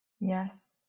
Yes